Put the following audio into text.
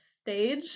stage